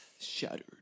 Shattered